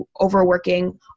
overworking